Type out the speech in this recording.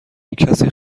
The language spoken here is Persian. کسی